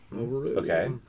Okay